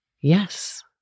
Yes